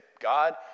God